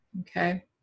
Okay